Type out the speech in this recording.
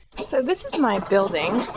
so this is my building.